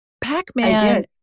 Pac-Man